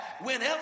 Whenever